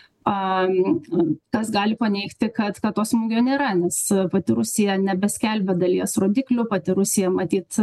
aaa kas gali paneigti kad kad to smūgio nėra nes pati rusija nebeskelbia dalies rodiklių pati rusija matyt